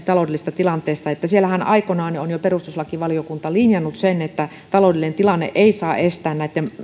taloudellisesta tilanteesta että siellähän aikoinaan on jo perustuslakivaliokunta linjannut sen että taloudellinen tilanne ei saa estää näitten